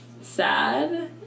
sad